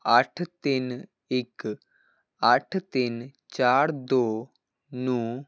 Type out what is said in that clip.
ਅੱਠ ਤਿੰਨ ਇੱਕ ਅੱਠ ਤਿੰਨ ਚਾਰ ਦੋ ਨੂੰ